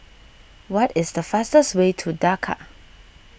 what is the fastest way to Dakar